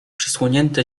przysłonięte